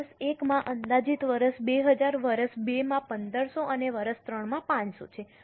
વર્ષ 1 માં અંદાજિત વર્ષ 2000 વર્ષ 2 1500 અને વર્ષ 3 500 છે